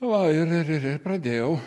va ir ir ir pradėjau